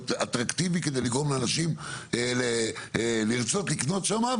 אטרקטיבי כדי לגרום לאנשים לרצות לקנות שם,